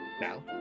now